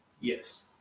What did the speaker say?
Yes